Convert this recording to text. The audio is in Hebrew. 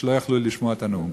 שלא יכלו לשמוע את הנאום.